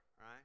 right